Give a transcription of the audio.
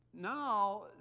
Now